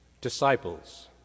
disciples